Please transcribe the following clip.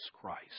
Christ